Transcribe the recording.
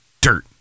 dirt